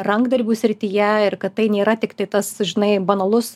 rankdarbių srityje ir kad tai nėra tiktai tas žinai banalus